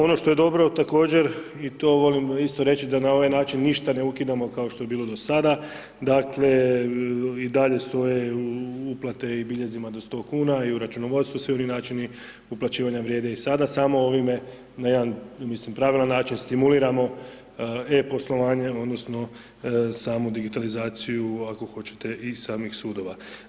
Ono što je dobro, također, i to volimo isto reći da na ovaj način ništa ne ukidamo, kao što je bilo do sada, dakle, i dalje stoje uplate u biljezima do 100,00 kn i u računovodstvu se ovi načini uplaćivanja vrijede i sada, samo ovime na jedan pravilan način stimuliramo e-poslovanje odnosno samu digitalizaciju, ako hoćete i samih sudova.